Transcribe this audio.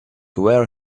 where